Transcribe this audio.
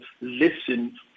listen